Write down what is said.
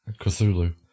Cthulhu